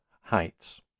heights